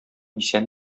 исән